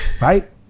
right